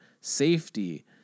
safety